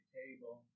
table